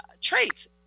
traits